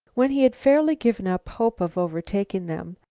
when he had fairly given up hope of overtaking them,